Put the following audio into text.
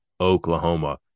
Oklahoma